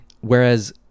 Whereas